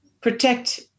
protect